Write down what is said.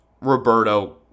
Roberto